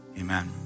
Amen